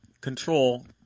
control